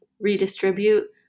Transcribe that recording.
redistribute